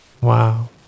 Wow